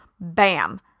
bam